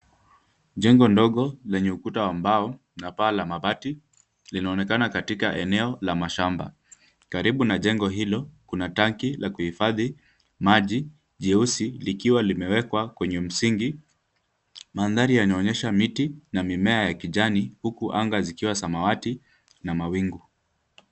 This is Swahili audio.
Jengo ndogo lenye ukuta wa mbao na paa la mabati linaonekana katika eneo la mashamba. Karibu na jengo hilo kuna tanki la kuhifadhi maji jeusi likiwa limewekwa kwenye msingi. Mandhari yanaonyesha miti na mimea ya kijani huku anga zikiwa samawati na mawingu.